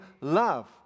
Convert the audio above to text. love